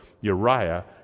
Uriah